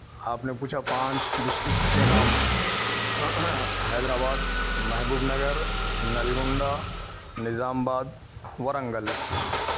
آپ نے پوچھا پانچ ڈسـٹرکس کے نام Hyderabad Mahbubnagar Nalgonda Nizamabad Warangal